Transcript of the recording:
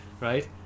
Right